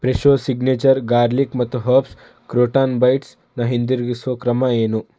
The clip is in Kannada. ಫ್ರೆಶೊ ಸಿಗ್ನೇಚರ್ ಗಾರ್ಲಿಕ್ ಮತ್ತು ಹರ್ಬ್ಸ್ ಕ್ರೂಟಾನ್ ಬೈಟ್ಸನ್ನ ಹಿಂದಿರುಗಿಸೊ ಕ್ರಮ ಏನು